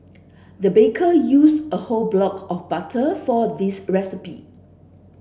the baker use a whole block of butter for this recipe